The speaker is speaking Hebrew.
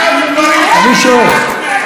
אני שואל.